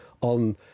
on